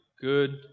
good